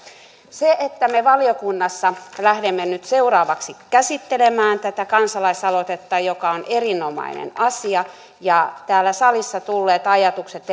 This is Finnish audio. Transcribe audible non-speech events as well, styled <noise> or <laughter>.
me valiokunnassa lähdemme nyt seuraavaksi käsittelemään tätä kansalaisaloitetta mikä on erinomainen asia täällä salissa tulleet ajatukset <unintelligible>